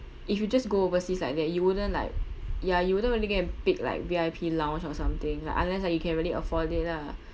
if you just go overseas like that you wouldn't like ya you wouldn't really go and pick like V_I_P lounge or something like unless like you can really afford it lah